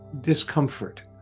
discomfort